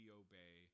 obey